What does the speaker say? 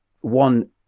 one